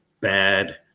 bad